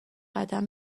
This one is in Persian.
قدم